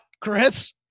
Chris